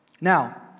Now